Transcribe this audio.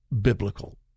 biblical